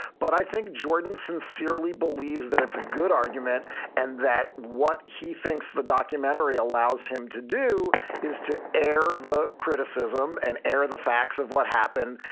but i think jordan sincerely believes that it's a good argument and that what he thinks the documentary allows him to do is to air the criticism and air the facts of what happened.